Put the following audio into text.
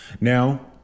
Now